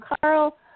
Carl